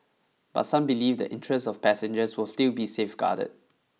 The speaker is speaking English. but some believe the interests of passengers will still be safeguarded